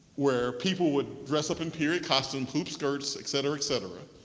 where people would dress up in period costumes, hoopskirts, et cetera, et cetera.